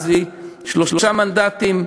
שלושה מנדטים,